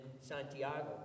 Santiago